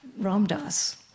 Ramdas